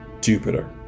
Jupiter